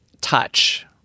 touch